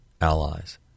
allies